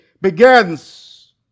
begins